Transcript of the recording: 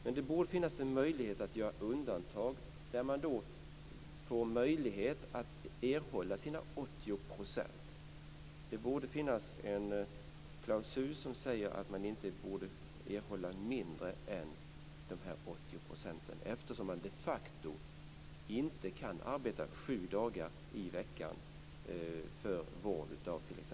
Men det borde finnas en möjlighet att göra undantag och ge alla möjlighet att erhålla sina 80 %. Det borde finnas en klausul som säger att ingen skall erhålla mindre än dessa 80 %, eftersom man de facto inte kan arbeta sju dagar i veckan.